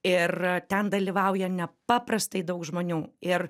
ir ten dalyvauja nepaprastai daug žmonių ir